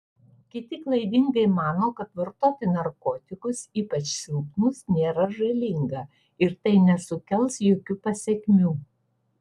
kiti klaidingai mano kad vartoti narkotikus ypač silpnus nėra žalinga ir tai nesukels jokių pasekmių